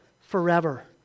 forever